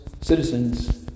citizens